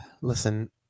listen